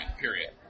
period